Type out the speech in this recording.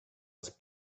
was